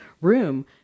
room